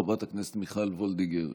חברת הכנסת מיכל וולדיגר,